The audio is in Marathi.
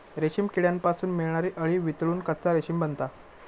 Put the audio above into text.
रेशीम किड्यांपासून मिळणारी अळी वितळून कच्चा रेशीम बनता